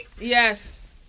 Yes